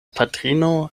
patrino